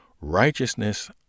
righteousness